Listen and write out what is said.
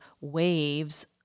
waves